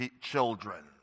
children